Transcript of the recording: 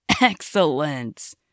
Excellent